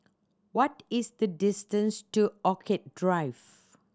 what is the distance to Orchid Drive